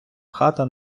хата